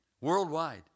worldwide